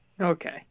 Okay